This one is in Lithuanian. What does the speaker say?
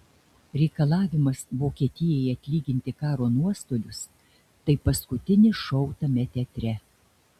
reikalavimas vokietijai atlyginti karo nuostolius tai paskutinis šou tame teatre